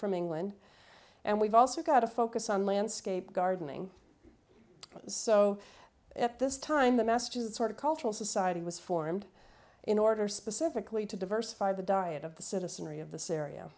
from england and we've also got a focus on landscape gardening so at this time the message is the sort of cultural society was formed in order specifically to diversify the diet of the citizenry